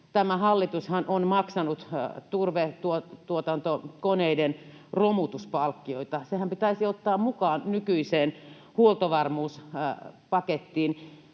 Tämä hallitushan on maksanut turvetuotantokoneiden romutuspalkkioita. Sehän pitäisi ottaa mukaan nykyiseen huoltovarmuuspakettiin.